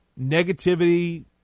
negativity